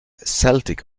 celtic